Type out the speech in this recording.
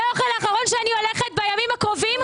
זה האוכל האחרון שאני הולכת לאכול בימים הקרובים,